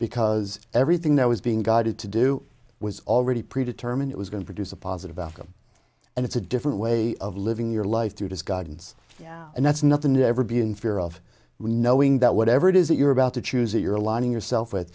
because everything that was being guided to do was already pre determined it was going to produce a positive outcome and it's a different way of living your life through his guidance and that's nothing to ever be in fear of knowing that whatever it is that you're about to choose your aligning yourself with